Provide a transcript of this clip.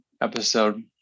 episode